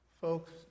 Folks